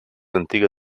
antiga